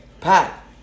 Pat